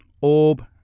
orb